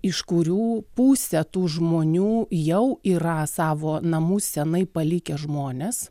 iš kurių pusę tų žmonių jau yra savo namų seniai palikę žmonės